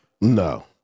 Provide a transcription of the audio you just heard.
No